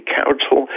council